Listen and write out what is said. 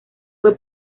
fue